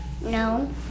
No